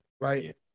Right